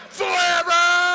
forever